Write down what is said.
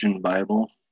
Bible